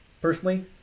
Personally